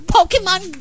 Pokemon